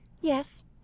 Yes